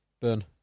Burn